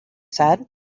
said